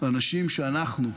אנשים שאנחנו,